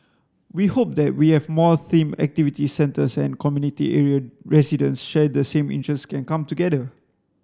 we hope that we have more themed activity centres and community area residents share the same interest can come together